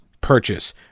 purchase